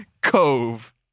Cove